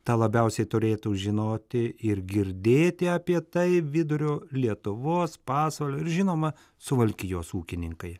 tą labiausiai turėtų žinoti ir girdėti apie tai vidurio lietuvos pasvalio ir žinoma suvalkijos ūkininkai